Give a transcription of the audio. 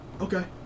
Okay